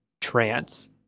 trance